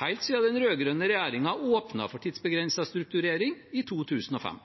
helt siden den rød-grønne regjeringen åpnet for tidsbegrenset strukturering, i 2005.